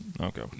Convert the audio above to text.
okay